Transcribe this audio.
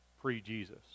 pre-Jesus